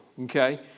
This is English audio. Okay